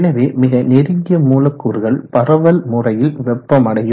எனவே மிக நெருங்கிய மூலக்கூறுகள் பரவல் முறையில் வெப்பமடையும்